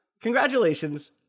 Congratulations